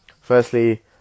firstly